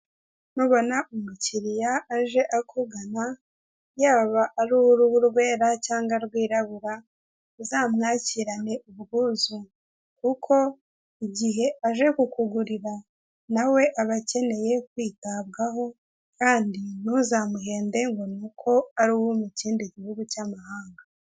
Ntubona umukiriya aje akugana yaba ari uw'uruhu rwera cyangwa rwirabura uzamwakirane ubwuzu kuko igihe aje kukugurira nawe aba akeneye kwitabwaho kandi ntuzamuhende ngo ni uko ari uwo mu kindi gihugu cy'amahanga.